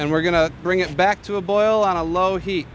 and we're going to bring it back to a boil on a low heat